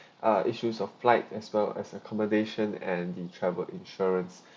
ah issues of flight as well as accommodation and the travel insurance